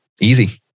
Easy